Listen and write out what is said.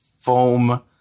Foam